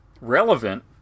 relevant